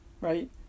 Right